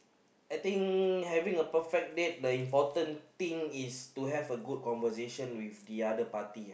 I think having a perfect date the important thing is to have a good conversation with the other party uh